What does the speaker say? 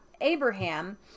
Abraham